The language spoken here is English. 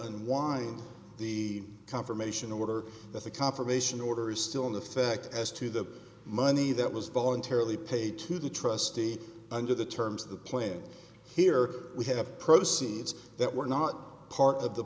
and wind the confirmation order that the confirmation order is still in effect as to the money that was voluntarily paid to the trustee under the terms of the plan here we have proceeds that were not part of the